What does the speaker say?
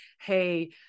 hey